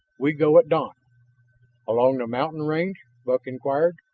we go at dawn along the mountain range? buck inquired.